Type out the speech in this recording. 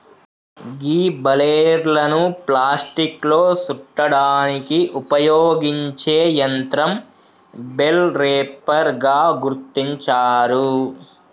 గీ బలేర్లను ప్లాస్టిక్లో సుట్టడానికి ఉపయోగించే యంత్రం బెల్ రేపర్ గా గుర్తించారు